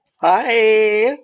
Hi